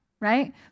right